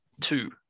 two